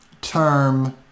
term